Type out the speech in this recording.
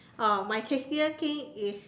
oh my tastiest thing is